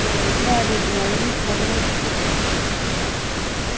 ते त्रै पेट्टियां ओह् मिट्ठे आह्लियां रक्खी ओड़ेओ